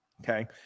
Okay